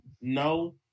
No